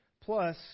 Plus